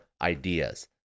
ideas